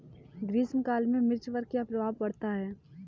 ग्रीष्म काल में मिर्च पर क्या प्रभाव पड़ता है?